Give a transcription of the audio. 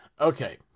Okay